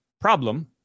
Problem